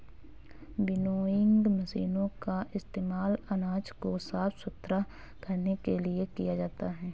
winnowing मशीनों का इस्तेमाल अनाज को साफ सुथरा करने के लिए किया जाता है